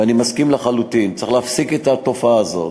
ואני מסכים לחלוטין, צריך להפסיק את התופעה הזאת.